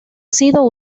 sido